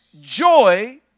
joy